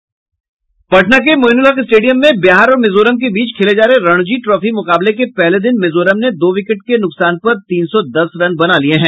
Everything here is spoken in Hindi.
पटना के मोईनुलहक स्टेडियम में बिहर और मिजोरम के बीच खेले जा रहे रणजी ट्रॉफी मुकाबले के पहले दिन मिजोरम ने दो विकेट के नुकसान पर तीन सौ दस रन बना लिये हैं